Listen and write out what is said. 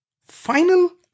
final